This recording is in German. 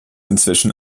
inzwischen